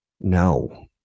No